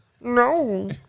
No